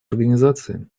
организации